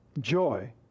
joy